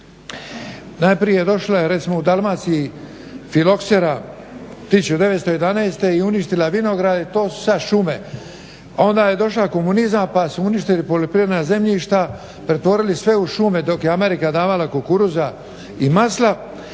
Najprije, recimo u Dalmaciji došla je filoksera 1911. i uništila vinograde i to su sad šume. Onda je došao komunizam pa su uništili poljoprivredna zemljišta, pretvorili sve u šume dok je Amerika davala kukuruza i masla,